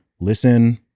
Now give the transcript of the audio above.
listen